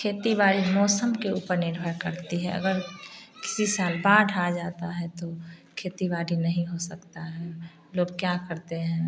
खेती बाड़ी मौसम के ऊपर निर्भर करती है अगर किसी साल बाढ़ आ जाता है तो खेती बाड़ी नहीं हो सकता है लोग क्या करते हैं